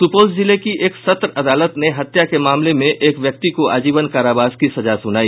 सुपौल जिले की एक सत्र अदालत ने हत्या के मामले में एक व्यक्ति को आजीवन कारावास की सजा सुनाई